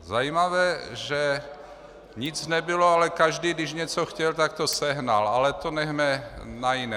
Zajímavé, že nic nebylo, ale každý, když něco chtěl, tak to sehnal, ale to nechme na jiné.